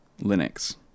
linux